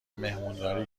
مهمونداری